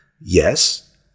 Yes